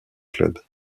club